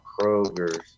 Kroger's